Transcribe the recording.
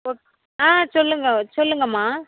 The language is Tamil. ஓக் ஆ சொல்லுங்கள் சொல்லுங்கம்மா